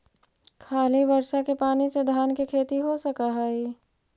खाली बर्षा के पानी से धान के खेती हो सक हइ?